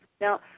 Now